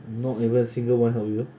not even a single one from you